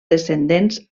descendents